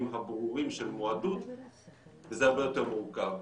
הברורים של מועדות וזה הרבה יותר מורכב.